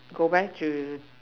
go back to